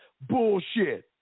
bullshit